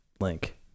link